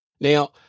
Now